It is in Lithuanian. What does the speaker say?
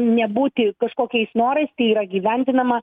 nebūti kažkokiais norais tai yra įgyvendinama